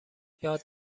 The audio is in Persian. یاد